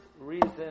reason